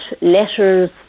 letters